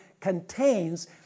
contains